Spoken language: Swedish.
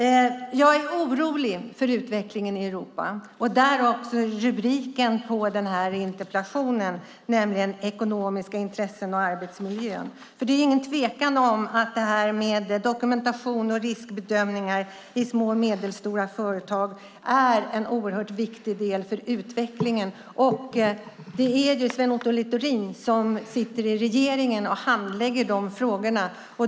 Jag är orolig för utvecklingen i Europa - därav rubriken på interpellationen, nämligen Ekonomiska intressen och arbetsmiljön . Det råder ingen tvekan om att dokumentation och riskbedömningar i små och medelstora företag är en oerhört viktig del för utvecklingen. Det är ju Sven Otto Littorin som sitter i regeringen och handlägger de frågorna.